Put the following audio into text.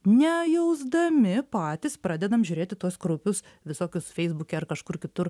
nejausdami patys pradedam žiūrėti tuos kraupius visokius feisbuke ar kažkur kitur